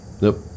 Nope